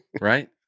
right